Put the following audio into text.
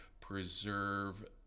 preserve